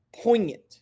poignant